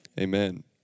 Amen